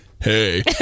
Hey